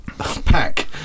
Pack